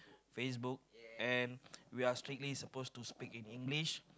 Facebook and we are strictly supposed to speak in English